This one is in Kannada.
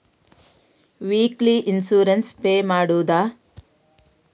ವೀಕ್ಲಿ ಇನ್ಸೂರೆನ್ಸ್ ಪೇ ಮಾಡುವುದ?